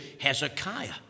Hezekiah